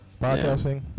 Podcasting